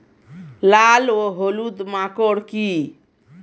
লাল ও হলুদ মাকর কী?